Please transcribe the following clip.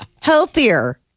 healthier